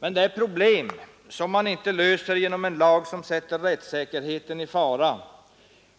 Men detta är problem som man inte löser genom en lag som sätter rättssäkerheten i fara